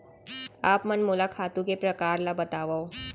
आप मन मोला खातू के प्रकार ल बतावव?